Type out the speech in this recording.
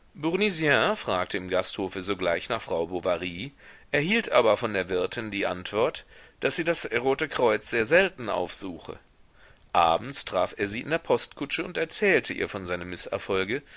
fragte im gasthofe sogleich nach frau bovary erhielt aber von der wirtin die antwort daß sie das rote kreuz sehr selten aufsuche abends traf er sie in der postkutsche und erzählte ihr von seinem mißerfolge